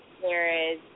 whereas